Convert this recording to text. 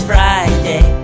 Friday